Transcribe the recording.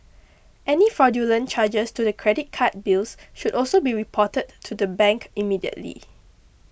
any fraudulent charges to the credit card bills should also be reported to the bank immediately